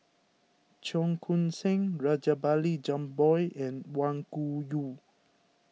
Cheong Koon Seng Rajabali Jumabhoy and Wang Gungwu